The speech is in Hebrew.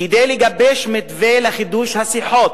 כדי לגבש מתווה לחידוש השיחות?